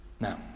Now